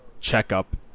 checkup